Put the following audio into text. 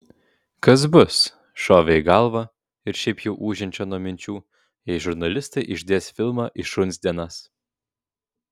kas bus šovė į galvą ir šiaip jau ūžiančią nuo minčių jei žurnalistai išdės filmą į šuns dienas